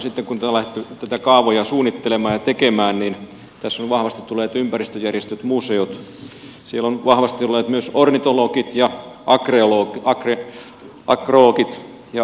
sitten kun on lähdetty kaavoja suunnittelemaan ja tekemään niin tässä ovat vahvasti tulleet ympäristöjärjestöt museot siellä ovat vahvasti olleet myös ornitologit ja agrologit arkeologit korjaan